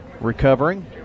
recovering